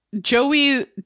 Joey